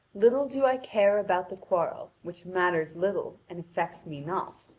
little do i care about the quarrel, which matters little and affects me not.